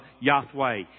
Yahweh